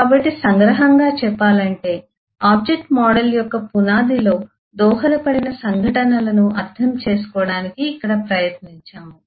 కాబట్టి సంగ్రహంగా చెప్పాలంటే ఆబ్జెక్ట్ మోడల్ యొక్క పునాదిలో దోహదపడిన సంఘటనలను అర్థం చేసుకోవడానికి ఇక్కడ ప్రయత్నించాము